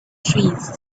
trees